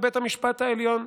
את בית המשפט העליון,